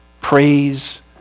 praise